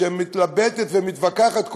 שמתלבטת ומתווכחת,